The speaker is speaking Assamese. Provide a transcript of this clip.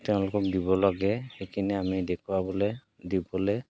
তেওঁলোকক দিব লাগে সেইখিনি আমি দেখুৱাবলৈ দিবলৈ